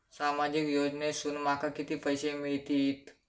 सामाजिक योजनेसून माका किती पैशे मिळतीत?